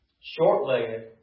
Short-legged